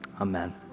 amen